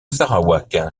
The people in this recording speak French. sarawak